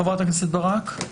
חה"כ ברק.